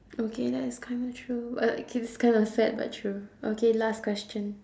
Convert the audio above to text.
okay that is kind of true but like k~ it's kind of sad but true okay last question